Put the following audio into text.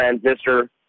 transistor